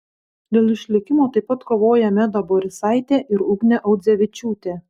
dėl išlikimo taip pat kovojo meda borisaitė ir ugnė audzevičiūtė